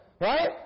right